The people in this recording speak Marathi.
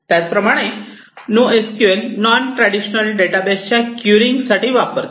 त्या प्रमाणे नोएसक्यूएल नॉन ट्रॅडिशनल डेटाबेसच्या क्वेरी साठी वापरतात